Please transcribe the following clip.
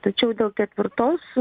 tačiau dėl ketvirtos